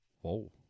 Whoa